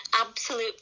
absolute